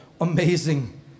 amazing